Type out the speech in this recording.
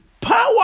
power